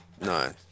No